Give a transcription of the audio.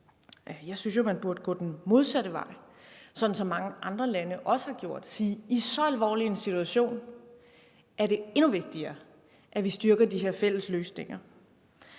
Jeg synes jo, at man burde gå den modsatte vej, sådan som mange andre lande også har gjort, og sige: I så alvorlig en situation er det endnu vigtigere, at vi styrker de her fælles løsninger.